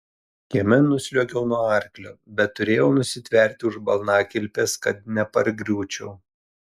kieme nusliuogiau nuo arklio bet turėjau nusitverti už balnakilpės kad nepargriūčiau